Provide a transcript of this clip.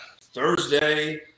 Thursday